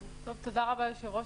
אדוני היושב-ראש,